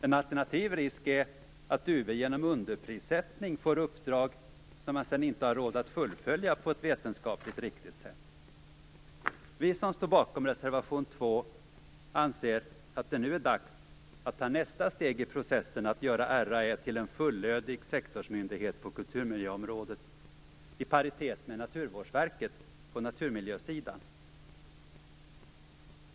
En alternativ risk är att UV genom underprissättning får uppdrag som man sedan inte har råd att fullfölja på ett vetenskapligt riktigt sätt. Vi som står bakom reservation 2 anser att det nu är dags att ta nästa steg i processen att göra RAÄ till en fullödig sektorsmyndighet på kulturmiljöområdet, i paritet med Naturvårdsverket på naturmiljösidan.